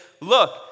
look